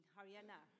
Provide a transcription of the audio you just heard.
Haryana